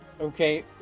Okay